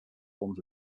forms